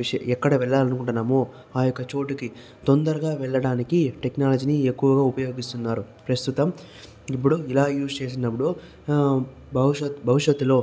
విషయం ఎక్కడ వెళ్ళాలి అకుంటున్నామో ఆ యొక్క చోటుకి తొందరగా వెళ్ళడానికి టెక్నాలజీని ఎక్కువగా ఉపయోగిస్తున్నారు ప్రస్తుతం ఇప్పుడు ఇలా యూస్ చేసినప్పుడు భవిష్యత్తు భవిష్యత్తులో